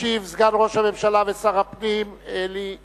ישיב סגן ראש הממשלה ושר הפנים אלי ישי.